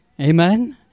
Amen